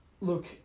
Look